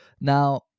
Now